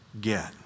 get